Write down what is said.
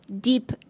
deep